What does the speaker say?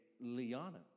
Liana